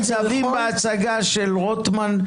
השאר הם ניצבים בהצגה של רוטמן,